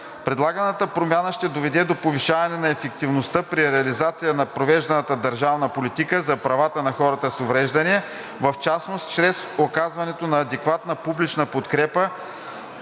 Предлаганата промяна ще доведе до повишаване на ефективността при реализацията на провежданата държавна политика за правата на хората с увреждания, в частност чрез оказването на адекватна публична подкрепа